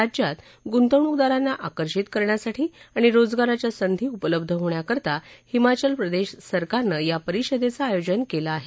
राज्यात गुंतवणूकदारांना आकर्षित करण्यासाठी आणि रोजगाराच्या संधी उपलब्ध होण्याकरता हिमाचल प्रदेश सरकारनं या परिषदेचं आयोजन केलं आहे